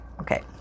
okay